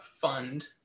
fund